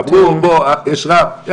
לא, לא,